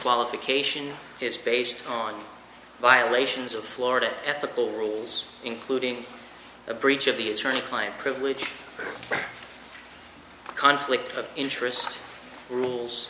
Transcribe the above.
disqualification is based on violations of florida ethical rules including a breach of the attorney client privilege conflict of interest rules